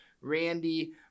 Randy